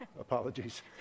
apologies